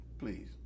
Please